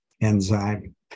enzyme